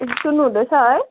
ए सुन्नुहुँदैछ है